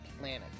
planet